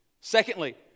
Secondly